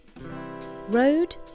Road